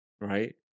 right